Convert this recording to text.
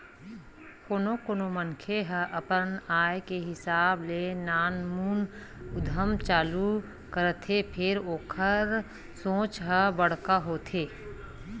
कोनो कोनो मनखे ह अपन आय के हिसाब ले नानमुन उद्यम चालू करथे फेर ओखर सोच ह बड़का होथे